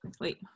wait